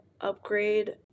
upgrade